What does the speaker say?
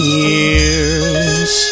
years